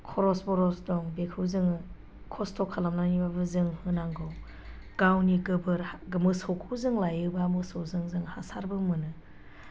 खरस बरस दं बेखौ जोङो खस्थ' खालामनानैब्लाबो जों होनांगौ गावनि गोबोर मोसौखौ जों लायोब्ला जों मोसौजों जों हासारबो मोनो